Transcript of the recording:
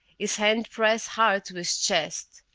his hand pressed hard to his chest.